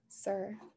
Sir